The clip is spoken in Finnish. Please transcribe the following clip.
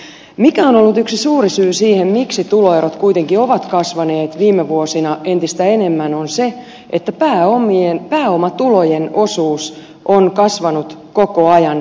se mikä on ollut yksi suuri syy siihen miksi tuloerot kuitenkin ovat kasvaneet viime vuosina entistä enemmän on se että pääomatulojen osuus on kasvanut koko ajan palkkatulon rinnalla